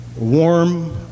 warm